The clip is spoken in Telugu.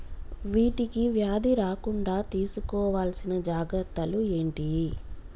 వీటికి వ్యాధి రాకుండా తీసుకోవాల్సిన జాగ్రత్తలు ఏంటియి?